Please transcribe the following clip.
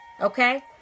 okay